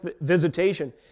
visitation